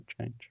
change